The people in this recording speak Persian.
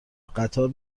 قطار